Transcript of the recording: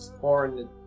foreign